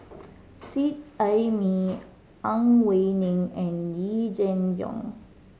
Seet Ai Mee Ang Wei Neng and Yee Jenn Jong